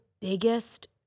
biggest